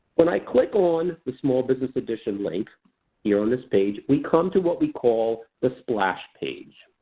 when i click on the small business edition link here on this page, we come to what we call the splash page.